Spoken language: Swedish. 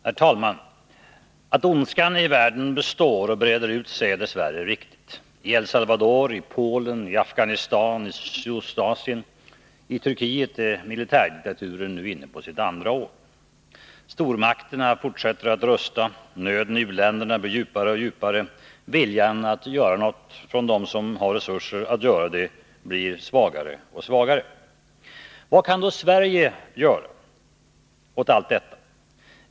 Herr talman! Att ondskan i världen består och breder ut sig är dess värre riktigt. Vi ser det i El Salvador, i Polen, i Afghanistan, i Sydostasien och i Turkiet, där militärdiktaturen nu är inne på sitt andra år. Stormakterna fortsätter att rusta. Nöden i u-länderna blir djupare och djupare. Viljan att göra något hos dem som har resurser att göra det blir svagare och svagare. Vad kan då Sverige göra åt allt detta?